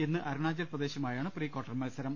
ഇന്ന് അരുണാചൽ പ്രദേശുമായാണ് പ്രീകാർട്ടർ മത്സരം